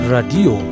Radio